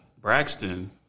Braxton